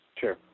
Sure